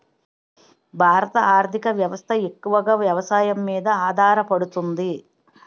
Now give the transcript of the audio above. భారత ఆర్థిక వ్యవస్థ ఎక్కువగా వ్యవసాయం మీద ఆధారపడుతుంది